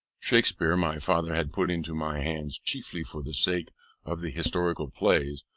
shakspeare my father had put into my hands, chiefly for the sake of the historical plays,